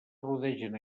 rodegen